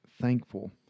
thankful